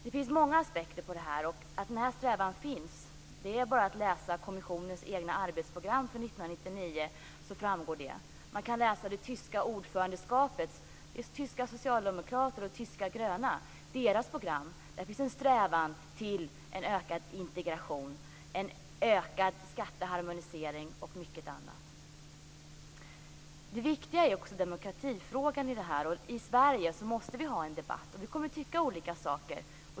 Det finns många aspekter på det här, och för att se att denna strävan finns behöver man bara läsa kommissionens egna arbetsprogram för 1999. Man kan läsa programmen för socialdemokraterna och De gröna i ordförandelandet Tyskland, där det finns en strävan till ökad integration, ökad skatteharmonisering och mycket annat. Det viktiga i detta sammanhang är demokratifrågan. Vi måste ha en debatt i Sverige. Vi kommer att tycka olika saker.